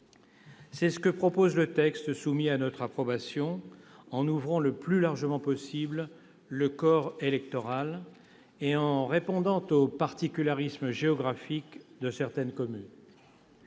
C'est ce que prévoit le texte soumis à notre approbation en ouvrant le plus largement possible le corps électoral et en répondant aux particularismes géographiques de certaines communes.